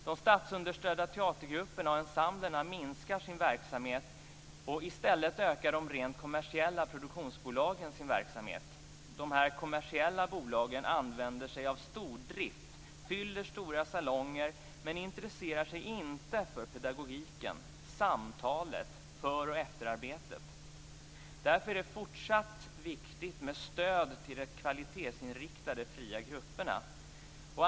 De statsunderstödda teatergrupperna och ensemblerna minskar sin verksamhet, och i stället ökar de rent kommersiella produktionsbolagen sin verksamhet. Dessa kommersiella bolag använder sig av stordrift. De fyller stora salonger men intresserar sig inte för pedagogiken, samtalet och för och efterarbetet. Därför är det fortsatt viktigt med stöd till de kvalitetsinriktade fria grupperna.